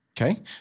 Okay